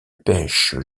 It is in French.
pêche